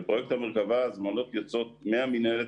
בפרויקט המרכבה ההזמנות יוצאות מהמינהלת